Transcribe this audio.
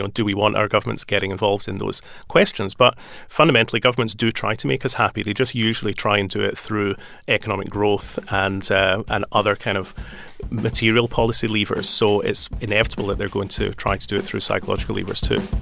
and do we want our governments getting involved in those questions? but fundamentally, governments do try to make us happy. they just usually try and do it through economic growth and and other kind of material policy levers. so it's inevitable that they're going to try to do it through psychological levers, too